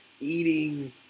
eating